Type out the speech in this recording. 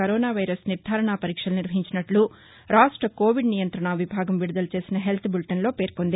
corona virus వరీక్షలు నిర్వహించినట్లు రాష్ట్ర కోవిడ్ నియంత్రణ విభాగం విదుదల చేసిన హెల్త్ బులిటెన్లో పేర్కొంది